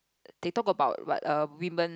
they talk about what err women